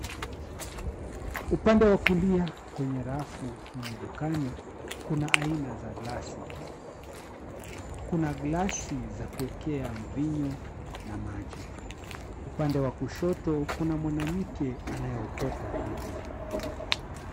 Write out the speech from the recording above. Upande wa kulia kwenye rafu, humu dukani kuna aina za glasi. Kuna glasi za kuwekea mvinyo na maji. Upande wa kushoto kuna mwanamke anayeokota vitu.